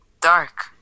Dark